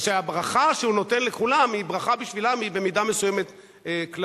שהברכה שהוא נותן לכולם היא ברכה שבשבילם היא במידה מסוימת קללה.